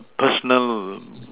personal